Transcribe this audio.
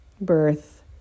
birth